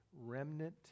remnant